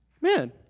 Man